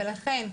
ולכן,